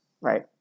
right